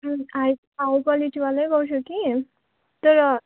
high high क्वालिटीवालै गर्छु कि तर